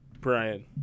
Brian